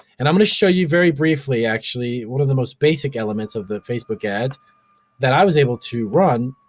and, i'm gonna show you very briefly, actually, one of the most basic elements of the facebook ads that i was able to run